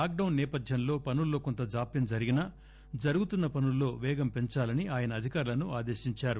lock డౌస్ సేపథ్యంలో పనుల్లో కొంత జాప్యం జరిగినా జరుగుతున్న పనుల్లో పేగం పెంచాలని ఆయన అధికారులను ఆదేశించారు